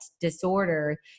disorder